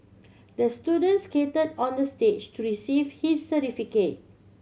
the student skate on the stage to receive his certificate